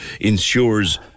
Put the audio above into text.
ensures